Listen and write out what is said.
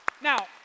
Now